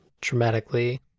dramatically